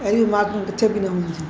अहिड़ियूं इमारतूं किथे बि न हूंदियूं